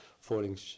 falling